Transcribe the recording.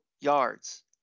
yards